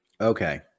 Okay